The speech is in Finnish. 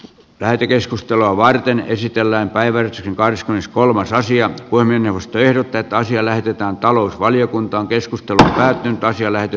lähetekeskustelua varten esitellään päivän kahdeskymmeneskolmas asia kuin minusta ehdotetaan siellä ehditään talousvaliokunta on keskusta tähtää päätiellä ja